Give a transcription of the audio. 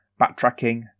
backtracking